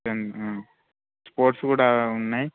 ten sports కూడా ఉన్నాయి